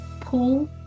pull